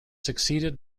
succeeded